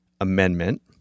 amendment